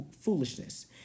foolishness